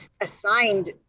assigned